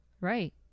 right